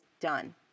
done